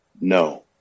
No